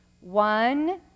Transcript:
One